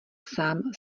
sám